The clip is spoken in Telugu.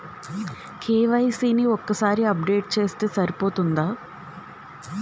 కే.వై.సీ ని ఒక్కసారి అప్డేట్ చేస్తే సరిపోతుందా?